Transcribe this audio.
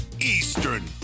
Eastern